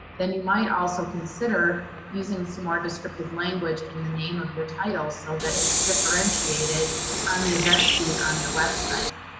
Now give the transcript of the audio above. then you might also consider using some more descriptive language in the name of your title so that it's differentiated on the event feed on your website.